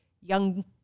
young